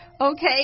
Okay